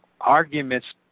Arguments